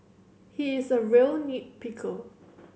he is a real nit picker